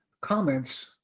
comments